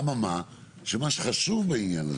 מה שחשוב בעניין הזה,